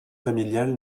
familiale